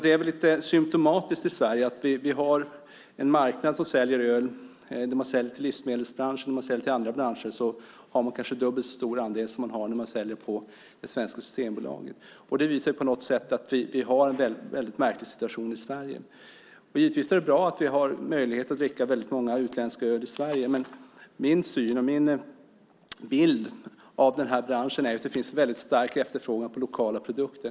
Det är väl lite symtomatiskt att vi i Sverige har en marknad som har kanske dubbelt så stor andel när man säljer öl till livsmedelsbranschen och till andra branscher som man har när man säljer på Systembolaget. Det visar att vi har en mycket märklig situation i Sverige. Det är givetvis bra att vi har möjlighet att dricka väldigt många utländska öl i Sverige, men min bild av den här branschen är att det finns en väldigt stark efterfrågan på lokala produkter.